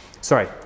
sorry